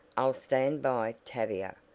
i'll stand by tavia.